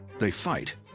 they fight.